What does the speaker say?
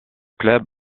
club